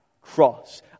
cross